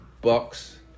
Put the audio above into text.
Bucks